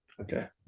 Okay